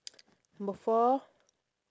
number four